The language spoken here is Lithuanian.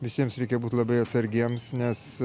visiems reikia būt labai atsargiems nes